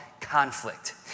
conflict